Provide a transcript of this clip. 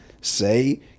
say